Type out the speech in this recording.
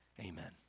amen